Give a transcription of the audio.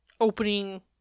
opening